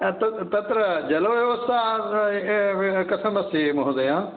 तत्र जलव्यवस्था कथमस्ति महोदय